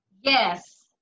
yes